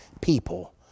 people